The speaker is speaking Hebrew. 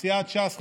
סיעת ש"ס,